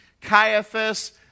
Caiaphas